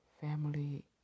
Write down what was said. family